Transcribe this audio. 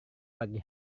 pagi